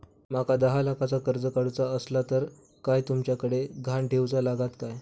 माका दहा लाखाचा कर्ज काढूचा असला तर काय तुमच्याकडे ग्हाण ठेवूचा लागात काय?